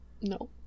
no